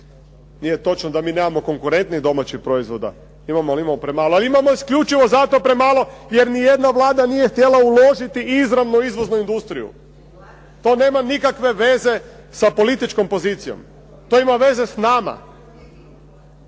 Nije točno da mi nemamo konkurentni domaći proizvod. Imamo ali imamo premalo. Ali imamo isključivo zato premalo, jer nijedna Vlada nije htjela uložiti izravno u izvoznu industriju. To nema nikakve veze sa političkom pozicijom. To ima veza sa nama.